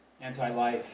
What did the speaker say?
anti-life